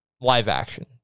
live-action